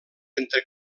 entre